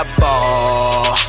ball